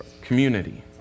community